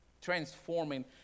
transforming